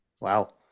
Wow